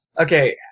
Okay